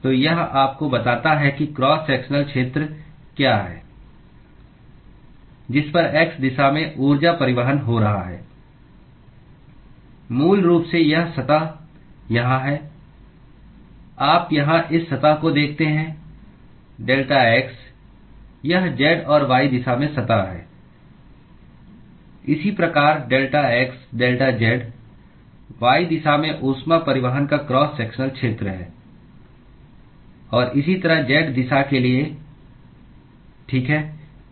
तो यह आपको बताता है कि क्रॉस सेक्शनल क्षेत्र क्या है जिस पर x दिशा में ऊर्जा परिवहन हो रहा है मूल रूप से यह सतह यहां है आप यहां इस सतह को देखते हैं डेल्टा x यह z और y दिशा में सतह है इसी प्रकार delta x delta z y दिशा में ऊष्मा परिवहन का क्रॉस सेक्शनल क्षेत्र है और इसी तरह z दिशा के लिए ठीक है